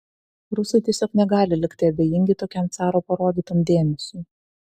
rusai tiesiog negali likti abejingi tokiam caro parodytam dėmesiui